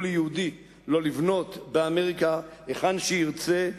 ליהודי לא לבנות באמריקה היכן שירצה,